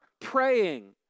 praying